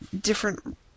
different